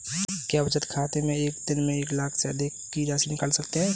क्या बचत बैंक खाते से एक दिन में एक लाख से अधिक की राशि निकाल सकते हैं?